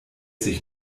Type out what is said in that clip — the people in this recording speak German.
sich